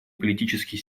политический